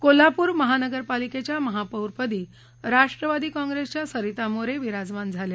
कोल्हापूर महानगरपालिकेच्या महापौरपदी राष्ट्रवादी काँग्रेसच्या सरिता मोरे विराजमान झाल्या